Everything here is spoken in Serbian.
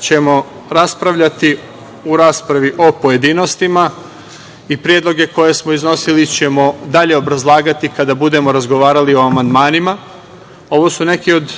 ćemo raspravljati u raspravi o pojedinostima i predloge koje smo iznosili ćemo dalje obrazlagati kada budemo razgovarali o amandmanima. Ovo su neki od